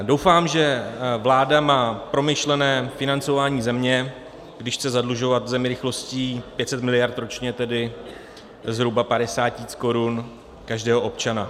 Doufám, že vláda má promyšlené financování země, když chce zadlužovat zemi rychlostí 500 mld. ročně, tedy zhruba 50 tis. korun každého občana.